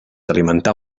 alimentar